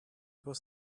was